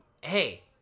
Hey